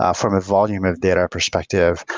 ah from a volume of data perspective,